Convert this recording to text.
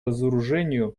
разоружению